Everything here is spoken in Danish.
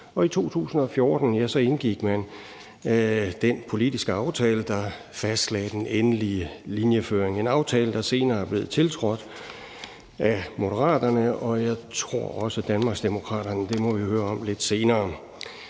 og i 2014 indgik man den politiske aftale, der fastlagde den endelig linjeføring. Det var en aftale, der senere er blevet tiltrådt af Moderaterne, og jeg tror også, Danmarksdemokraterne er med. Det må vi høre om lidt senere.